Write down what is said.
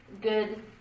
good